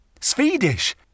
Swedish